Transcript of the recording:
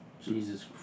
Jesus